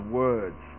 words